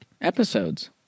episodes